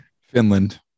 Finland